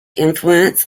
influence